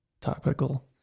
topical